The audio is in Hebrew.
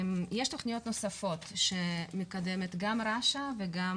יש תכניות נוספות שמקדמת גם רש"א וגם